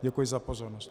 Děkuji za pozornost.